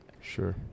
sure